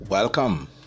Welcome